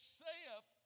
saith